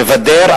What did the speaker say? מבדר,